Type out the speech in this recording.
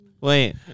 Wait